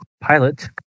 pilot